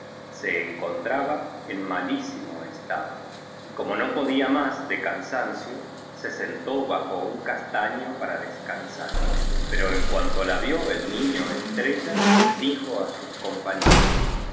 se encontraba en malísimo estado y como no podía más de cansancio se sentó bajo un castaño para descansar pero en cuanto la vió el ni ño estrella dijo á sus